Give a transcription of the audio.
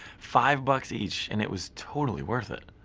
five bucks each, and it was totally worth it.